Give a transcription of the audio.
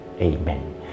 Amen